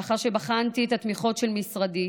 לאחר שבחנתי את התמיכות של משרדי,